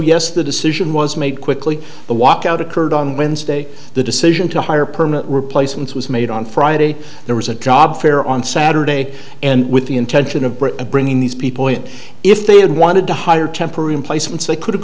yes the decision was made quickly the walk out occurred on wednesday the decision to hire permanent replacements was made on friday there was a job fair on saturday and with the intention of britain bringing these people in if they had wanted to hire temporary emplacements they could have